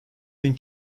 bin